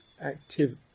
active